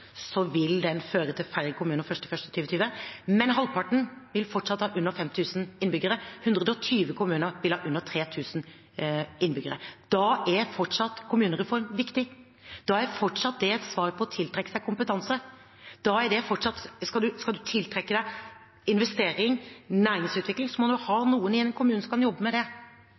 vil føre til færre kommuner 1. januar 2020, vil halvparten fortsatt ha under 5 000 innbyggere. 120 kommuner vil ha under 3 000 innbyggere. Da er fortsatt kommunereform viktig. Da er fortsatt det et svar på å tiltrekke seg kompetanse. Skal man tiltrekke seg investering og næringsutvikling, må man ha noen i en kommune som kan jobbe med det.